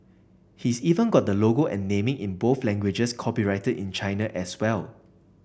he's even got the logo and naming in both languages copyrighted in China as well